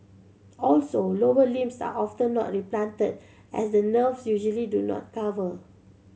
also lower limbs are often not replanted as the nerves usually do not cover